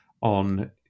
on